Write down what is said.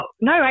no